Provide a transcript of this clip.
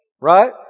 Right